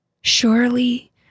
Surely